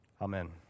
Amen